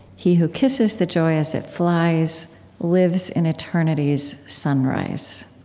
he who kisses the joy as it flies lives in eternity's sunrise.